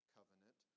Covenant